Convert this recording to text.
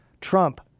Trump